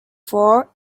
four